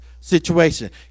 situation